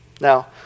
Now